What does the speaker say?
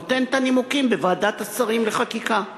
נותן את הנימוקים בוועדת השרים לחקיקה.